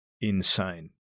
insane